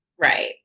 right